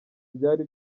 byari